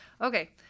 Okay